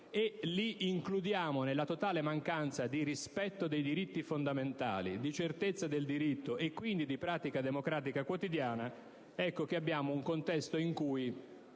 e li includiamo nella totale mancanza di rispetto dei diritti fondamentali, di certezza del diritto e quindi di pratica democratica quotidiana, ecco che abbiamo un contesto in cui